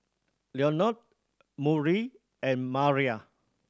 Lenord Murry and Maira